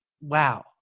Wow